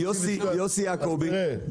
יוסי יעקובי,